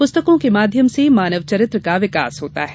पुस्तकों के माध्यम से मानव चरित्र का विकास होता है